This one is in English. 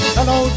Hello